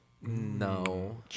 No